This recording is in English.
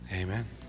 Amen